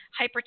hypertension